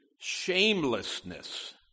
shamelessness